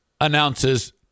announces